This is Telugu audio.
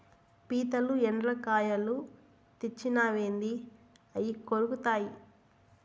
పీతలు, ఎండ్రకాయలు తెచ్చినావేంది అయ్యి కొరుకుతాయి